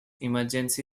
emergency